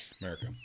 America